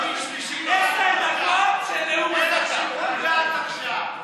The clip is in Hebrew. אין לך שיקול דעת עכשיו.